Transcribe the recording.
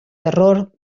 terror